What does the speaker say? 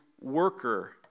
worker